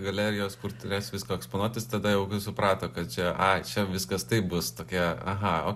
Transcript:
galerijos kur turės viską eksponuotis tada jau suprato kad čia ai čia viskas taip bus tokie aha